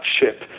ship